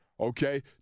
Okay